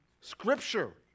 Scripture